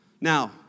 Now